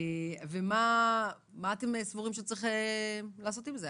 מה אתם סבורים שצריך לעשות עם זה?